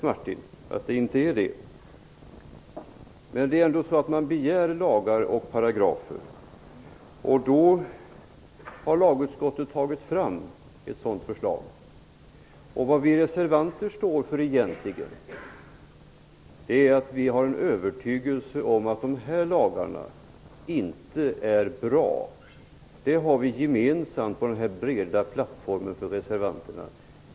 Martin Nilsson har kanske rätt. Men man begär lagar och paragrafer. Lagutskottet har tagit fram ett sådant förslag. Vi reservanter har en övertygelse om att dessa lagar inte är bra. Det är vad vi reservanter har som gemensam, bred plattform.